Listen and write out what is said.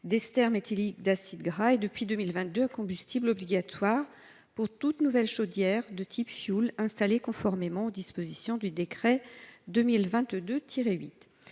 d’ester méthylique d’acide gras est, depuis 2022, obligatoire pour toute nouvelle chaudière de type fioul installée, conformément aux dispositions du décret n° 2022 8.